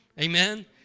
Amen